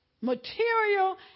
Material